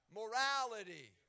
morality